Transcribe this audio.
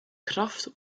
kraft